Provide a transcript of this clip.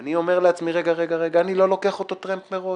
אני אומר לעצמי: רגע, אני לא לוקח אותו טרמפ מראש.